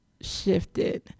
shifted